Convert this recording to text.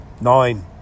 Nine